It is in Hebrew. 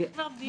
יש כבר פגישה.